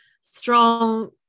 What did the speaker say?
strong